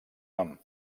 nom